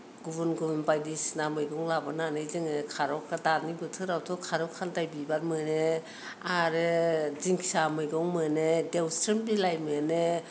गुबुन गुबुन बायदिसिना मैगं लाबोनानै जोङो खारौ दानि बोथोरावथ' नोङो खारौ खान्दाय बिबार मोनो आरो दिंखिया मैगं मोनो देवस्रोम बिलाइ मोनो